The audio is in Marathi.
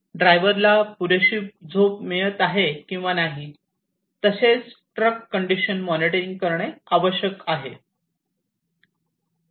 ड्रायव्हरला पुरेशी झोप मिळत आहे किंवा नाही तसेच ट्रक कंडिशन मॉनिटरिंग करणे शक्य आहे